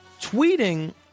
tweeting